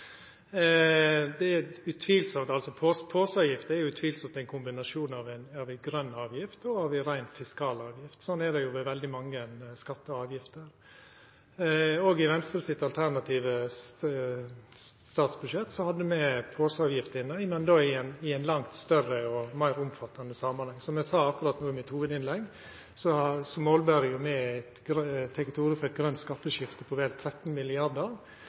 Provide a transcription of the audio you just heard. Poseavgifta er utvilsamt ein kombinasjon av ei grøn avgift og ei rein fiskalavgift. Sånn er det ved veldig mange skattar og avgifter. I Venstre sitt alternative statsbudsjett hadde me poseavgift inne, men då i ein langt større og meir omfattande samanheng. Som eg sa akkurat no i hovudinnlegget mitt, tek me til orde for eit grønt skatteskifte på vel 13